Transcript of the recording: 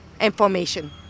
information